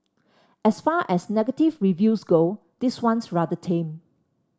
as far as negative reviews go this one's rather tame